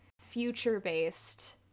future-based